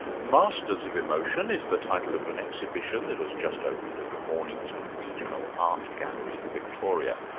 masters of emotion is the title of an exhibition that has just opened at the mornington regional art gallery, in victoria.